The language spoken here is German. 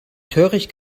töricht